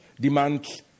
demands